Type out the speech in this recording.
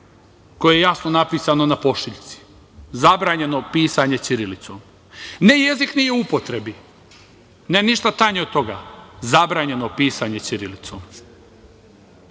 koje je jasno napisano na pošiljci, zabranjeno pisanje ćirilicom, ne jezik nije u upotrebi, ne ništa tanje od toga, zabranjeno pisanje ćirilicom. Ja